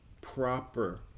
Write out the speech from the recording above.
proper